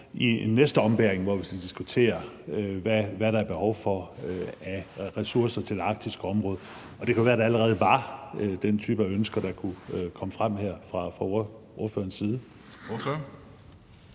i næste ombæring, hvor vi skal diskutere, hvad der er behov for af ressourcer til det arktiske område. Det kunne være, der allerede var ønsker af den type, der kunne komme frem her fra ordførerens side.